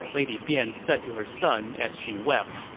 lady bian said to her son as she wept.